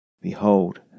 Behold